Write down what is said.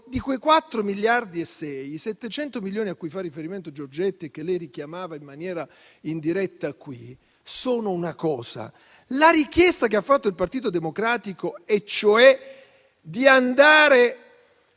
Di quei 4,6 miliardi, i 700 milioni a cui fa riferimento Giorgetti che lei richiamava in maniera indiretta qui sono una cosa. La richiesta che ha fatto il Partito Democratico, cioè di andare